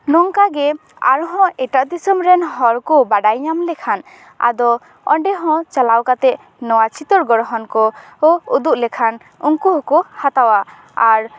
ᱱᱚᱝᱠᱟᱜᱮ ᱟᱨᱦᱚᱸ ᱮᱴᱟᱜ ᱫᱤᱥᱚᱢ ᱨᱮᱱ ᱦᱚᱲ ᱠᱚ ᱵᱟᱰᱟᱭ ᱧᱟᱢ ᱞᱮᱠᱷᱟᱱ ᱟᱫᱚ ᱚᱸᱰᱮ ᱦᱚᱸ ᱪᱟᱞᱟᱣ ᱠᱟᱛᱮ ᱱᱚᱣᱟ ᱪᱤᱛᱟᱹᱨ ᱜᱚᱲᱦᱚᱱ ᱠᱚ ᱠᱚ ᱩᱫᱩᱜ ᱞᱮᱠᱷᱟᱱ ᱩᱱᱠᱩ ᱦᱚᱸᱠᱚ ᱦᱟᱛᱟᱣᱟ ᱟᱨ